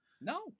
No